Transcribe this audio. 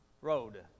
road